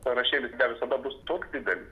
sąrašėlis visada bus toks didelis